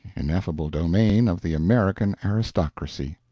ineffable domain of the american aristocracy.